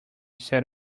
set